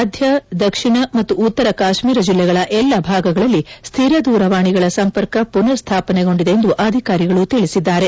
ಮಧ್ಯ ದಕ್ಷಿಣ ಮತ್ತು ಉತ್ತರ ಕಾತ್ಸೀರ ಜಿಲ್ಲೆಗಳ ಎಲ್ಲ ಭಾಗಗಳಲ್ಲಿ ಸ್ವಿರ ದೂರವಾಣಿಗಳ ಸಂಪರ್ಕ ಪುನರ್ ಸ್ವಾಪನೆಗೊಂಡಿದೆ ಎಂದು ಅಧಿಕಾರಿಗಳು ತಿಳಿಸಿದ್ದಾರೆ